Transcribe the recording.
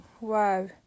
wow